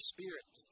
Spirit